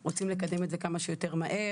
אנחנו רוצים לקדם את זה כמה שיותר מהר.